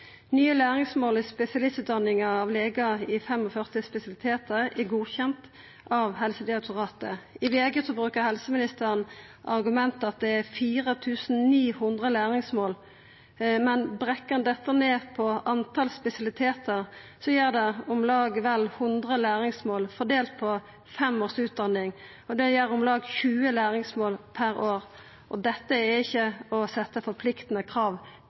Nye læringsmål i spesialistutdanninga av legar i 45 spesialitetar er godkjente av Helsedirektoratet. I VG bruker helseministeren som argument at det er 4 900 læringsmål, men bryt ein dette ned på talet spesialitetar, gir det om lag vel 100 læringsmål fordelte på fem års utdanning. Det gir om lag 20 læringsmål per år. Det er ikkje å setja forpliktande krav